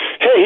Hey